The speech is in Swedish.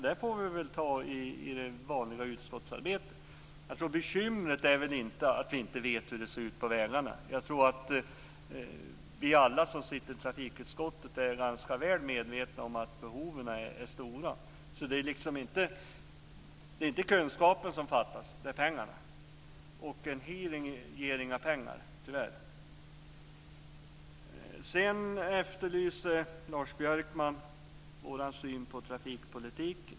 Den frågan får vi ta i det vanliga utskottsarbetet. Bekymret är inte att vi inte vet hur det ser ut på vägarna. Jag tror att vi alla som sitter i trafikutskottet är ganska väl medvetna om att behoven är stora. Det är inte kunskapen som fattas, utan det är pengarna. En hearing ger tyvärr inga pengar. Sedan efterlyste Lars Björkman vår syn på trafikpolitiken.